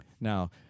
Now